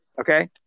okay